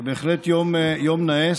זה בהחלט יום נאה.